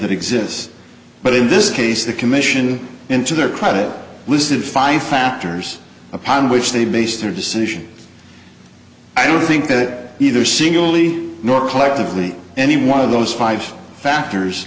that exists but in this case the commission into their credit listed five factors upon which they base their decision i don't think that either singularly nor collectively any one of those five factors